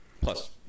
Plus